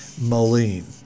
Moline